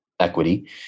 equity